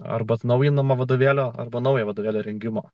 arba atnaujinama vadovėlio arba naujo vadovėlio rengimo